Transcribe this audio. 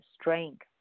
strength